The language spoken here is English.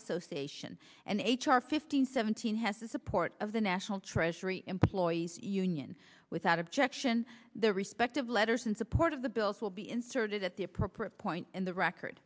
association and h r fifteen seventeen has the support of the national treasury employees union without objection the respective letters and support of the bills will be inserted at the appropriate point in the record